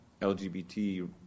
LGBT